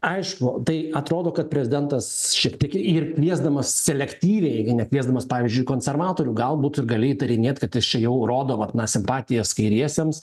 aišku tai atrodo kad prezidentas šiek tiek ir ir kviesdamas selektyviai nekviesdamas pavyzdžiui konservatorių galbūt ir gali įtarinėt kad jis čia jau rodo vat na simpatijas kairiesiems